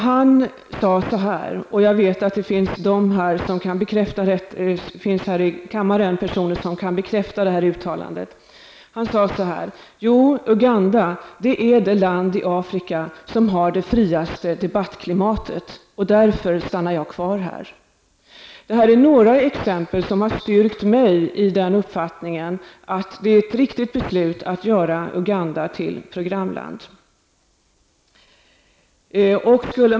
Professor Mandani sade så här -- det finns de här i kammaren som kan bekräfta detta uttalande: Jo, Uganda är det land i Afrika som har det friaste debattklimatet. Därför stannar jag kvar här. Detta är några exempel som har stärkt mig i uppfattningen att beslutet att göra Uganda till ett programland är riktigt.